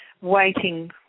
waiting